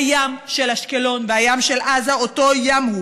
הים של אשקלון והים של עזה אותו ים הוא.